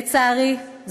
לצערי,